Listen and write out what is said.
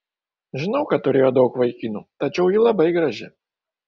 žinau kad turėjo daug vaikinų tačiau ji labai graži